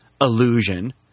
illusion